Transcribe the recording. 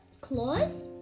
claws